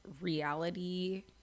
reality